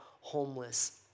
homeless